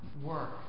work